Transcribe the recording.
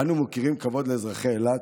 אנו מוקירים את אזרחי אילת,